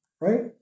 right